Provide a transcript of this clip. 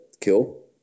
kill